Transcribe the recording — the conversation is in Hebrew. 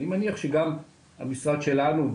אני מניח שגם המשרד שלנו,